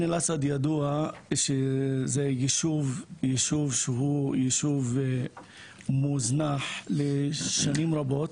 עין אל-אסד ידוע שהוא ישוב שהוא מוזנח שנים רבות,